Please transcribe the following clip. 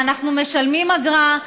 ואנחנו משלמים אגרה,